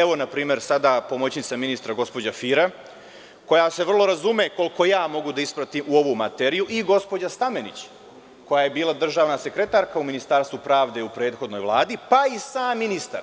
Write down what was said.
Evo na primer, sada pomoćnica ministra gospođa Fira koja se vrlo razume koliko ja mogu da ispratim, u ovu materiju i gospođa Stamenić koja je bila državna sekretarka u Ministarstvu pravde u prethodnoj Vladi, pa i sam ministar